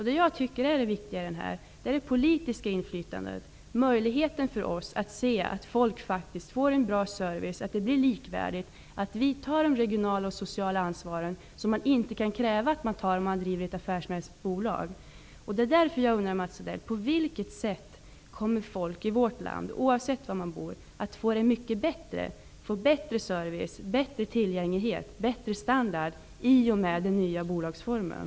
Det viktiga i detta är det politiska inflytandet, dvs. möjligheten för oss politiker att se till att folk faktiskt får en bra service, att det blir likvärdigt samt att staten tar det regionala och sociala ansvaret, vilket man inte kan kräva vid drivandet av ett affärsmässigt bolag. Därför, Mats Odell, undrar jag: På vilket sätt kommer folk i vårt land, oavsett var man bor, att få det mycket bättre vad gäller service, tillgänglighet och standard i och med den nya bolagsformen?